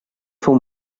fou